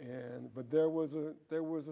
and but there was a there was